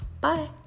Bye